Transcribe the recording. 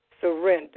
Surrender